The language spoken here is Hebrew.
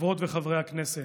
חברות וחברי הכנסת,